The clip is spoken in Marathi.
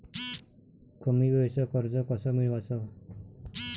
कमी वेळचं कर्ज कस मिळवाचं?